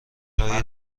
هایی